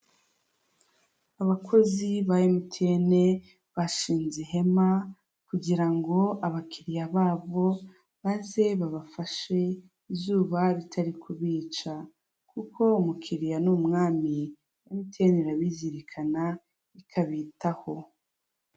Abakozi ba emutiyene bashinze ihema kugira ngo abakiriya babo baze babafashe izuba ritari kubica kuko umukiriya ni umwami emutiyene irabizirikana ikabitaho.